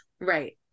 Right